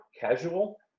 casual